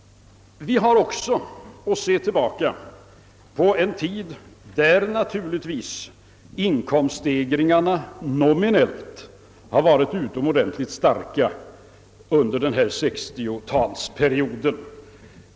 Vi har också att se tillbaka på en tid, under 1960-talet, där naturligtvis inkomststegringarna nominellt har varit utomordentligt starka.